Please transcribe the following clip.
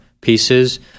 pieces